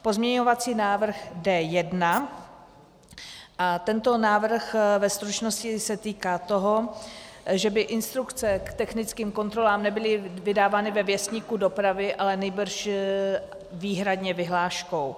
Pozměňovací návrh D1 a tento návrh ve stručnosti se týká toho, že by instrukce k technickým kontrolám nebyly vydávány ve věstníku dopravy, ale nýbrž výhradně vyhláškou.